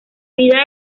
vida